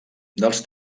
dels